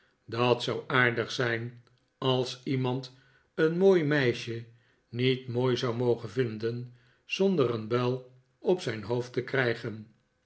dat zou aardig zijn als iemand een mooi meisje niet mooi zou mogen vinden zonder een buil op zijn hoofd te krijgen